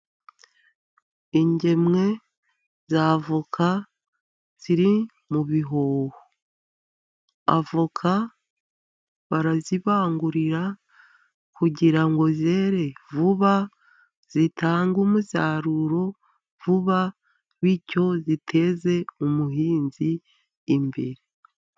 Ingemwe za avoka, ziri mu bihoho. Avoka barazibangurira, kugira ngo zere vuba, zitange umusaruro vuba, bityo ziteze umuhinzi imbere.